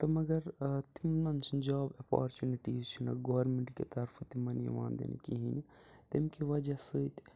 تہٕ مگر تِمَن چھِنہٕ جاب اَپارچُنِٹیٖز چھِنہٕ گورمنٹ کہِ طرفہٕ تِمَن یِوان دِنہٕ کِہیٖنۍ تمہِ کہِ وجہ سۭتۍ